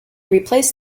replaced